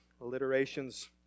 alliterations